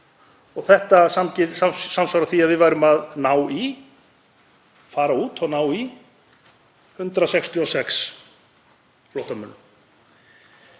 Þetta samsvarar því að við værum að fara út og ná í 166 flóttamenn.